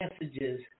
messages